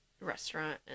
restaurant